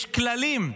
יש כללים,